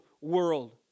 world